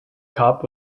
cop